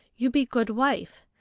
you be good wife.